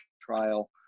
trial